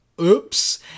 oops